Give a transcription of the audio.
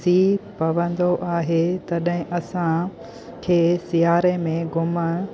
सीउ पवंदो आहे तॾहिं असांखे सिआरे में घुमणु